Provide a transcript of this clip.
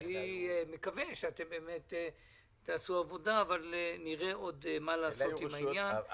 אני מקווה שאתם באמת תעשו עבודה אבל נראה עוד מה לעשות עם העניין.